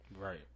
Right